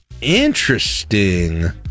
Interesting